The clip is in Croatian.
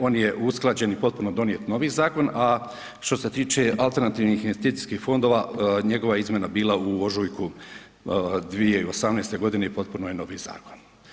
On je usklađen i potpuno donijet novi zakon, a što se tiče alternativnih investicijskih fondova, njegova izmjena je bila u ožujku 2018. i potpuno je novi zakon.